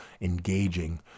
engaging